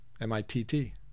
M-I-T-T